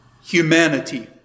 humanity